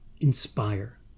inspire